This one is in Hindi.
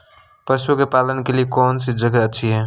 पशुओं के पालन के लिए कौनसी जगह अच्छी है?